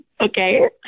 Okay